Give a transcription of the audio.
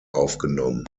aufgenommen